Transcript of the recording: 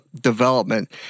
development